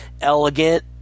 elegant